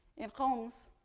in homs.